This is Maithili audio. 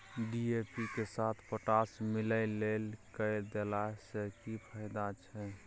डी.ए.पी के साथ पोटास मिललय के देला स की फायदा छैय?